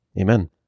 Amen